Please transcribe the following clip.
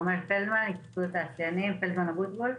אנחנו מייצגים את פורום הקנביס הרפואי